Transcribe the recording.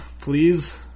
Please